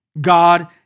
God